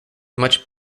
much